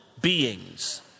beings